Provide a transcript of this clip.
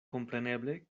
kompreneble